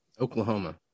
Oklahoma